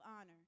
honor